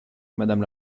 madame